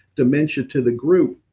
dementia to the group,